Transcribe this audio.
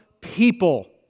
people